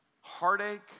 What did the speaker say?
heartache